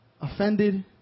offended